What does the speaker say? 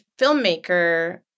filmmaker